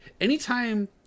Anytime